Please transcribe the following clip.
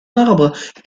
arbre